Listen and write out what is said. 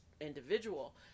individual